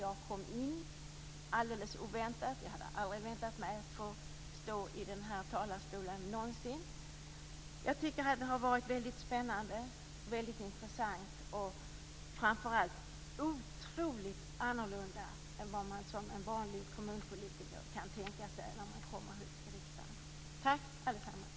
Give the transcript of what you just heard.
Jag kom in alldeles oväntat. Jag hade inte inte väntat mig att någonsin få stå i den här talarstolen. Det har varit väldigt spännande, intressant och framför allt helt annorlunda än vad jag kunde tänka mig när jag som vanlig kommunpolitiker kom hit till riksdagen. Tack, allesammans!